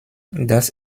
das